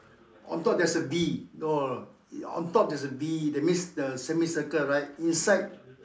on top there's a B no on top there's a B that means the semicircle right inside